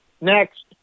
Next